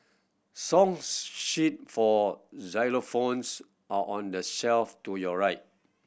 song sheet for xylophones are on the shelf to your right